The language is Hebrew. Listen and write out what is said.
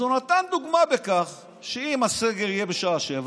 אז הוא נתן דוגמה בכך שאם הסגר יהיה בשעה 19:00,